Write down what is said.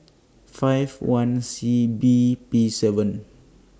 five one C B P seven